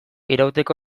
irauteko